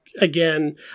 again